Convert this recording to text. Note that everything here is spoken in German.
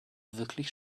wirklich